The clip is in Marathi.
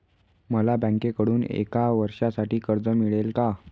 मला बँकेकडून एका वर्षासाठी कर्ज मिळेल का?